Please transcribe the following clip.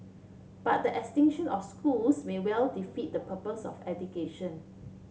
but the extinction of schools may well defeat the purpose of education